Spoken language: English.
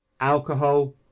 alcohol